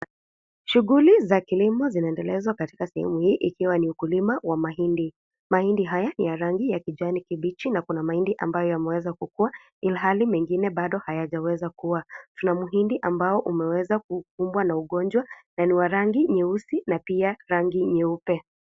Shughuli za kilimo zinaendelezwa katika sehemu hii ikiwa ni ukulima wa mahindi. Mahindi haya, ni ya rangi ya kijani kibichi na kuna mahindi ambayo yanaweza kukua, ilhali mengine bado hayajaweza kua. Kuna mhindi ambao umeweza kukumbwa na ugonjwa na ni wa rangi nyeusi na pia rangi nyeupe.